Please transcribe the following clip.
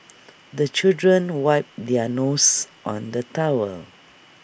the children wipe their noses on the towel